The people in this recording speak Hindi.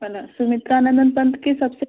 मना सुमित्रा नन्दन पंथ की सबसे